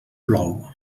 plou